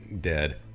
dead